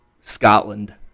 Scotland